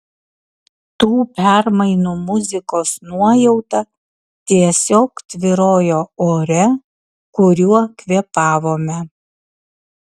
tų permainų muzikos nuojauta tiesiog tvyrojo ore kuriuo kvėpavome